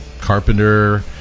Carpenter